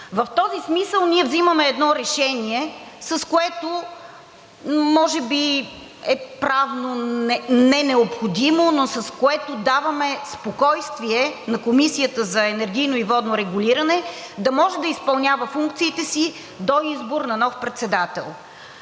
В този смисъл ние взимаме едно решение, което може би не е правно необходимо, но с което даваме спокойствие на Комисията за енергийно и водно регулиране да може да изпълнява функциите си до избора на нов председател.